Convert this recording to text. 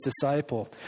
disciple